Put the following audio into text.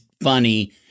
funny